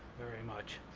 very much.